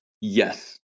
Yes